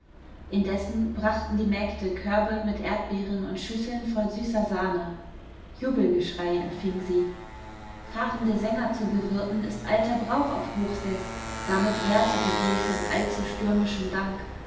indessen brachten die mägde körbe mit erdbeeren und schüsseln voll süßer sahne jubelgeschrei empfing sie fahrende sänger zu bewirten ist alter brauch auf hochseß damit wehrte die gräfin allzu stürmischem dank